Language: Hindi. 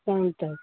शाम तक